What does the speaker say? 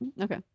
okay